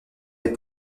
des